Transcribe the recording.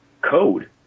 code